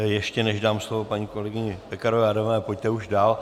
Ještě než dám slovo paní kolegyni Pekarové Adamové, pojďte už dál.